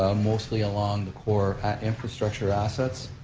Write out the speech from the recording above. mostly along the core infrastructure assets.